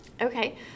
Okay